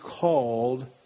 called